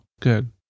Good